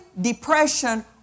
depression